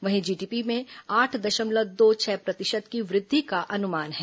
वहीं जीडीपी में आठ दशमलव दो छह प्रतिशत की वृद्वि का अनुमान है